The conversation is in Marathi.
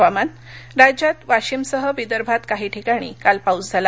हवामान् राज्यात वाशिमसह विदर्भात काही ठिकाणी काल पाऊस झाला